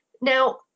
now